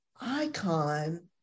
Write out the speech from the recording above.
icon